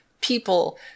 people